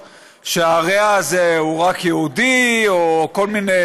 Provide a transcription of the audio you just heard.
שהרֵע הזה הוא רק יהודי או כל מיני